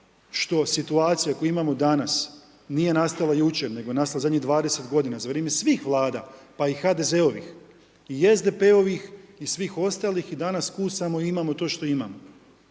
što situacija, ako imamo danas, nije nastala jučer, nego je nastala u zadnjih 20 g. za vrijeme svih Vlada pa i HDZ-ovih i SDP-ovih i svih ostalih i danas plus samo imamo to što imamo.